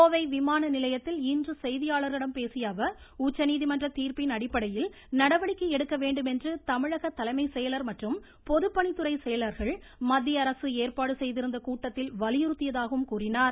கோவை விமான நிலையத்தில் இன்று செய்தியாளர்களிடம் பேசிய அவர் உச்சநீதிமன்ற தீர்ப்பின் அடிப்படையில் நடவடிக்கை எடுக்க வேண்டும் என்று தமிழக தலைமை செயலர் மற்றும் பொதுப்பணித்துறை செயலர்கள் மத்திய அரசு ஏற்பாடு செய்திருந்த கூட்டத்தில் வலியுறுத்தியதாகவும் கூறினார்